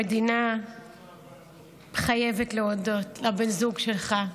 המדינה חייבת להודות לבן הזוג שלך,